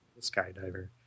skydiver